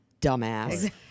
dumbass